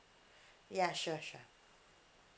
ya sure sure